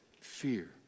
fear